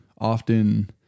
Often